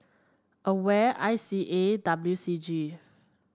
Aware I C A and W C G